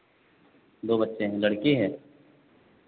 दो बच्चे हैं लड़की हैं